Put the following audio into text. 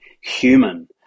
human